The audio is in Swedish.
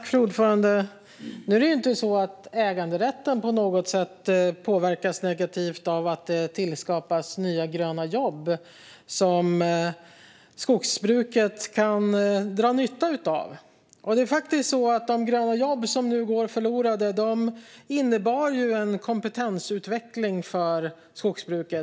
Fru talman! Äganderätten påverkas inte på något sätt negativt av att det tillskapas nya gröna jobb som skogsbruket kan dra nytta av. De gröna jobb som nu går förlorade innebar faktiskt en kompetensutveckling för skogsbruket.